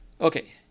Okay